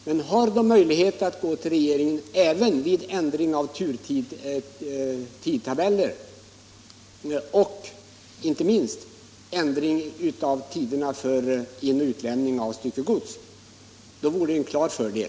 Men om de hade möjlighet att gå till regeringen även vid ändring av turtidtabeller och, inte minst, vid ändring av turtiderna för in och utlämning av styckegods, då vore det en klar fördel.